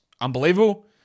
unbelievable